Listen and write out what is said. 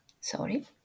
Sorry